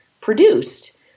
produced